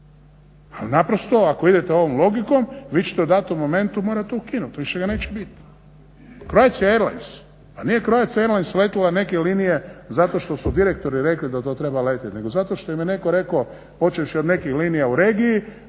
naprosto ako idete ovom logikom vi ćete u datom momentu morat to ukinuti, više ga neće biti. Croatia Airlines, pa nije Croatia Airlines letjela neke linije zato što su direktori rekli da to treba letjet nego zato što im je netko rekao počevši od nekih linija u regiji